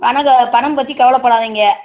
பணத்த பணம் பற்றி கவலைப்படாதீங்க